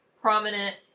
prominent